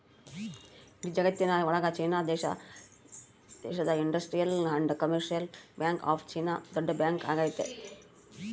ಇಡೀ ಜಗತ್ತಿನ ಒಳಗ ಚೀನಾ ದೇಶದ industrial and commercial bank of China ದೊಡ್ಡ ಬ್ಯಾಂಕ್ ಆಗೈತೆ